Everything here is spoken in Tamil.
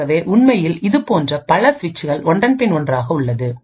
ஆகவே உண்மையில் இதுபோன்ற பல சுவிட்சுகள் ஒன்றன்பின் ஒன்றாக உள்ளன